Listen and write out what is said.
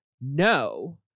no